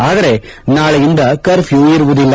ಆದರೆ ನಾಳೆಯಿಂದ ಕರ್ಫ್ಲೊ ಇರುವುದಿಲ್ಲ